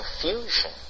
confusion